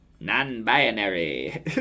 non-binary